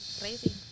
Crazy